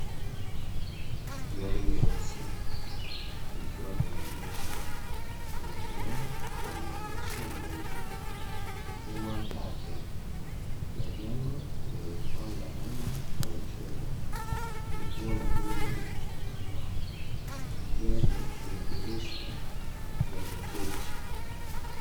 Gari nyeusi likiwa limeegeshwa kwenye eneo la maegesho la nje. Nyuma yake kuna jengo lenye paa la rangi ya machungwa likiwa na nguzo na gari lina dirisha lenye tint .